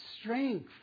strength